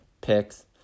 picks